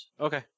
Okay